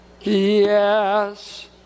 yes